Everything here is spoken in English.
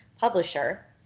publisher